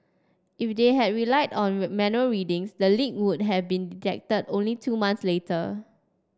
if they had relied on manual readings the leak would have been detected only two months later